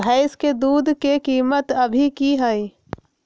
भैंस के दूध के कीमत अभी की हई?